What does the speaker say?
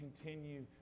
continue